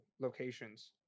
locations